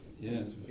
Yes